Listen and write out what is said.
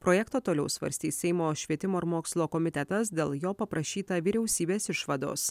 projektą toliau svarstys seimo švietimo ir mokslo komitetas dėl jo paprašyta vyriausybės išvados